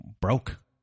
broke